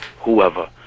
whoever